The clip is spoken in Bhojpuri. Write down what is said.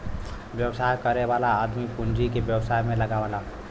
व्यवसाय करे वाला आदमी पूँजी के व्यवसाय में लगावला